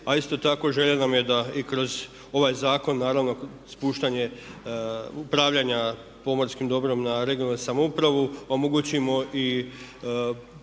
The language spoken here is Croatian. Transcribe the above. A isto tako želja nam je da i kroz ovaj zakon naravno spuštanje upravljanja pomorskim dobrom na regionalnu samoupravu omogućimo i lakšu